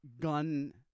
gun